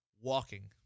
walking